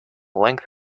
length